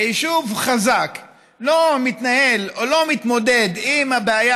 ויישוב חזק לא מתנהל או לא מתמודד עם הבעיה